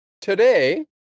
today